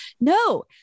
No